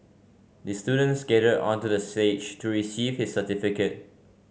the student skated onto the stage to receive his certificate